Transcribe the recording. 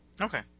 Okay